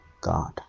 God